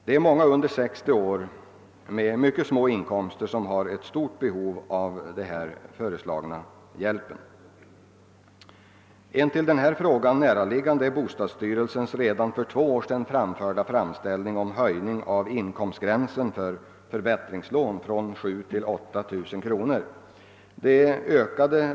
Det är många under 60 år med mycket små inkomster som har ett stort behov av den här föreslagna hjälpen. En fråga som ligger nära denna är bostadsstyrelsens redan för två år sedan gjorda framställning om höjning av inkomstgränsen för förbättringslån från 7000 kr. till 8000 kr.